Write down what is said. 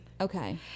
Okay